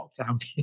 lockdown